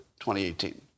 2018